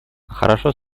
хорошо